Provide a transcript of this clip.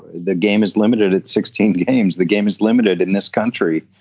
the game is limited at sixteen games. the game is limited in this country.